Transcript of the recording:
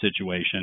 situation